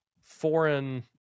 foreign